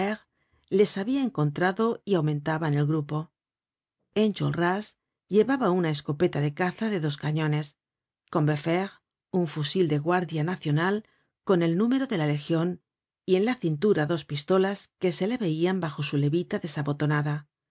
les habia encontrado y aumentaban el grupo enjolras llevaba una escopeta de caza de dos cañones combeferre un fusil de guardia nacional con el número de la legion y en la cintura dos pistolas que se le veian bajo su levita desabotonada